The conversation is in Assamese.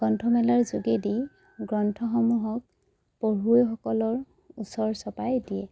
গ্ৰন্থমেলাৰ যোগেদি গ্ৰন্থসমূহক পঢ়ুৱৈসকলৰ ওচৰ চপাই দিয়ে